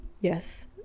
Yes